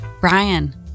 brian